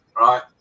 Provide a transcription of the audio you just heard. Right